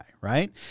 right